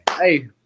Hey